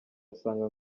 asanga